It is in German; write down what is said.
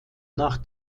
nach